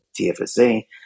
TFSA